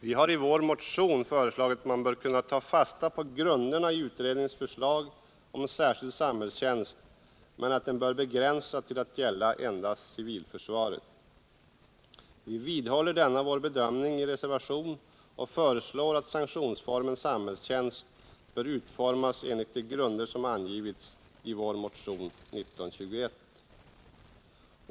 Vi har i vår motion föreslagit att man bör kunna ta fasta på grunderna i utredningens förslag om särskild samhällstjänst men att den bör begränsas till att gälla endast civilförsvaret. Vi vidhåller denna vår bedömning i en reservation och föreslår att sanktionsformen samhällstjänst bör utformas enligt de grunder som angivits i vår motion 1921.